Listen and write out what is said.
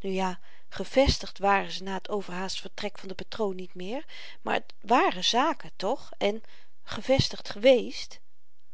nu ja gevestigd waren ze na t overhaast vertrek van den patroon niet meer maar t waren zaken toch en gevestigd geweest